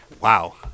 wow